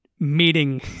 meeting